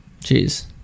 Jeez